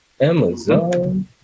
Amazon